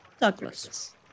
Douglas